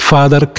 Father